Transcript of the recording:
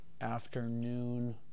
afternoon